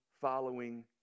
following